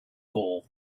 gall